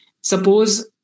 Suppose